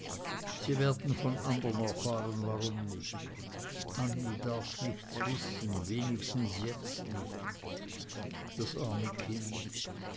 sie werden von anderen erfahren warum nicht annie darf nichts wissen wenigstens jetzt nicht das arme kind